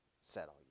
Settle